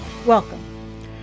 Welcome